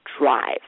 drive